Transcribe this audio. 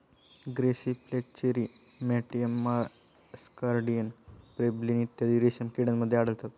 grasserie flacherie मॅटियन muscardine pebrine इत्यादी रेशीम किड्यांमध्ये आढळतात